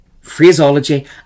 phraseology